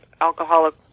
alcoholic